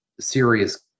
serious